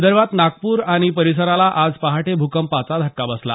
विदर्भात नागपूर आणि परिसराला आज पहाटे भूकंपाचा धक्का बसला